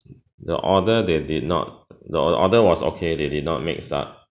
the order they did not the or~ order was okay they did not mix up